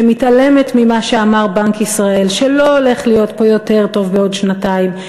שמתעלמת ממה שאמר בנק ישראל שלא הולך להיות פה יותר טוב בעוד שנתיים,